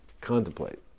contemplate